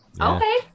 Okay